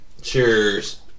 cheers